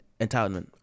entitlement